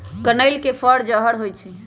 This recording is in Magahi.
कनइल के फर जहर होइ छइ